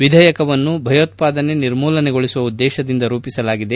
ವಿಧೇಯಕವನ್ನು ಭಯೋತ್ಪಾದನೆ ನಿರ್ಮೂಲನೆಗೊಳಿಸುವ ಉದ್ಗೇಶದಿಂದ ರೂಪಿಸಲಾಗಿದೆ